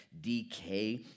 decay